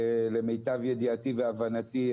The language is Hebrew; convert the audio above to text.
למיטב ידיעתי והבנתי,